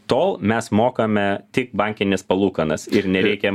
tol mes mokame tik bankines palūkanas ir nereikia